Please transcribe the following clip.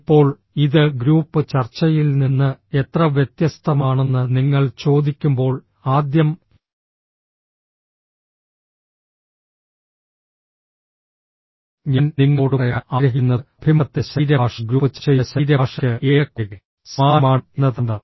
ഇപ്പോൾ ഇത് ഗ്രൂപ്പ് ചർച്ചയിൽ നിന്ന് എത്ര വ്യത്യസ്തമാണെന്ന് നിങ്ങൾ ചോദിക്കുമ്പോൾ ആദ്യം ഞാൻ നിങ്ങളോട് പറയാൻ ആഗ്രഹിക്കുന്നത് അഭിമുഖത്തിന്റെ ശരീരഭാഷ ഗ്രൂപ്പ് ചർച്ചയുടെ ശരീരഭാഷയ്ക്ക് ഏറെക്കുറെ സമാനമാണ് എന്നതാണ്